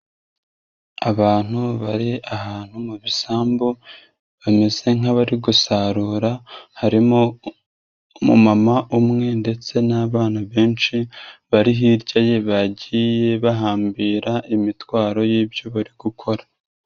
Abantu bari ahantu mu bisambu bameze nk'abari gusarura. Harimo umu mama umwe ndetse n'abana benshi bari hirya ye, bagiye bahambira imitwaro y'ibyo bari gukora.